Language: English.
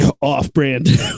off-brand